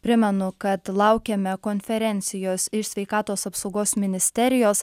primenu kad laukiame konferencijos iš sveikatos apsaugos ministerijos